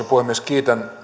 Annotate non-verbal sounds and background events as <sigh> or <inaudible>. <unintelligible> puhemies kiitän